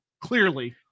Clearly